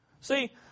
See